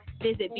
visit